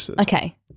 Okay